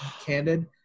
candid